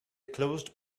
closed